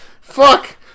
Fuck